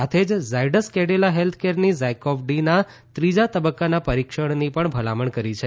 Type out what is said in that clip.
સાથે જ ઝાયડસ કેડિલા હેલ્થકેરની ઝાયકોવ ડીના ત્રીજા તબક્કાના પરિક્ષણની પણ ભલામણ કરી છે